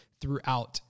throughout